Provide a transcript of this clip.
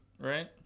right